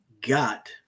got